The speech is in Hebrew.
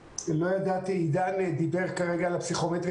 ידעתי אם עידן דיבר כרגע על הפסיכומטרי,